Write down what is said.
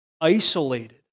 isolated